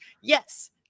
yes